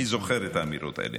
אני זוכר את האמירות האלה.